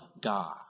God